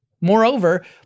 Moreover